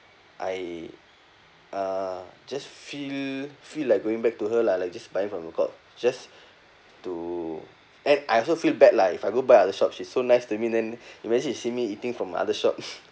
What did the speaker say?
I uh just feel feel like going back to her lah like just buy from her shop just to and I also feel bad lah if I go by other shop she's so nice to me then eventually she see me eating from other shop